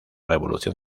revolución